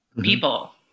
people